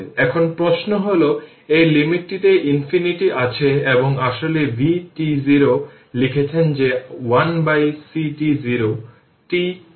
এখন প্রশ্ন হল এই লিমিটটিতে ইনফিনিটি আছে এবং আসলে v t0 লিখছেন যে 1ct0 t idt bt0